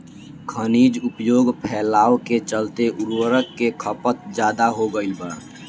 खनिज उपयोग फैलाव के चलते उर्वरक के खपत ज्यादा हो गईल बा